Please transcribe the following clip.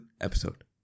episode